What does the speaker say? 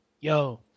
yo